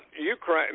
Ukraine